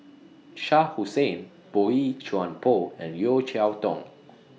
Shah Hussain Boey Chuan Poh and Yeo Cheow Tong